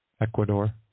Ecuador